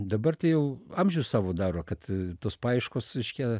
dabar tai jau amžius savo daro kad tos paieškos reiškia